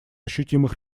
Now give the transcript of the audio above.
ощутимых